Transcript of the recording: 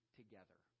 together